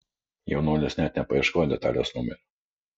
jaunuolis net nepaieškojo detalės numerio